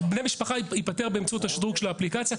בני משפחה ייפתר באמצעות השדרוג של האפליקציה.